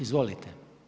Izvolite.